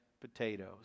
potatoes